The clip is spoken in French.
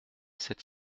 sept